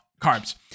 carbs